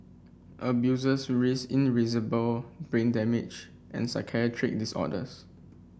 abusers risked brain damage and psychiatric disorders